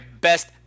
best